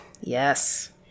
yes